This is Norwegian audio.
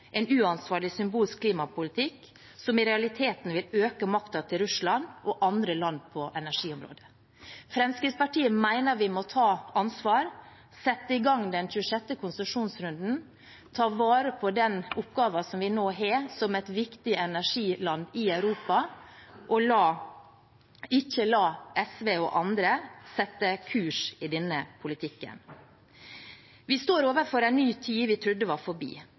en uansvarlig symbolsk klimapolitikk som i realiteten vil øke makten til Russland og andre land på energiområdet. Fremskrittspartiet mener vi må ta ansvar, sette i gang den 26. konsesjonsrunden, ta vare på den oppgaven som vi nå har som et viktig energiland i Europa, og ikke la SV og andre sette kursen i denne politikken. Vi står overfor en ny tid som vi trodde var forbi,